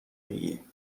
میگی